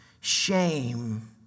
shame